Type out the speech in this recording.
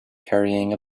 carrying